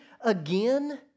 again